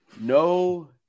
No